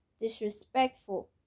disrespectful